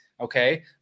Okay